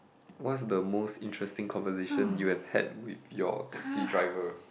what's the most interesting conversation you have had with your taxi driver